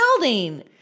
building